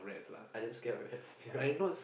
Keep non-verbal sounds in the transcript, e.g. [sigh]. I damn scared of rats yeah [laughs]